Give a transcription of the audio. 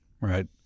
right